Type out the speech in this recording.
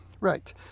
right